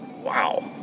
Wow